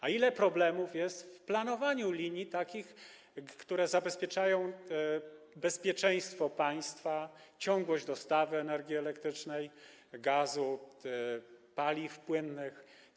A ile problemów jest w planowaniu takich linii, które zabezpieczają bezpieczeństwo państwa, ciągłość dostawy energii elektrycznej, gazu, paliw płynnych?